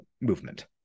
movement